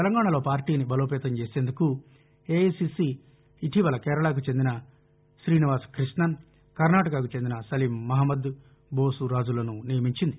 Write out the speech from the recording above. తెలంగాణలో పార్టీని బలోపేతం చేసేందుకు ఏఐసిసి ఇటీవల కేరళకు చెందిన శీనివాసకృష్ణన్ కర్నాటకకు చెందిన సలీం మహమ్మద్ బోసురాజులను నియమించింది